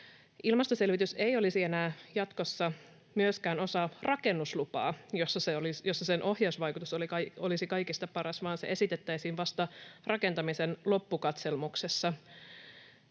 Ilmastoselvitys ei olisi enää jatkossa myöskään osa rakennuslupaa, jossa sen ohjausvaikutus olisi kaikista paras, vaan se esitettäisiin vasta rakentamisen loppukatselmuksessa.